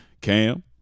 Cam